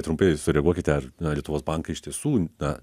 trumpai sureguliuokit ar na lietuvos bankai iš tiesų na